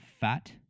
fat